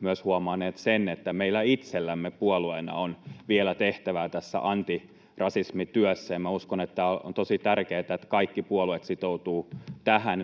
myös huomanneet sen, että meillä itsellämme puolueena on vielä tehtävää tässä antirasismityössä, ja minä uskon, että on tosi tärkeätä, että kaikki puolueet sitoutuvat myös tähän